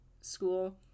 school